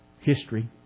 history